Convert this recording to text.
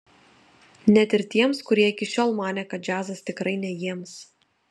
net ir tiems kurie iki šiol manė kad džiazas tikrai ne jiems